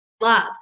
love